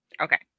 Okay